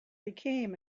became